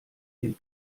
den